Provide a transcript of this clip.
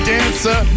Dancer